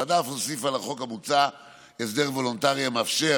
הוועדה אף הוסיפה לחוק המוצע הסדר וולונטרי המאפשר